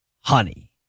Honey